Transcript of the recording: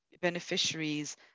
beneficiaries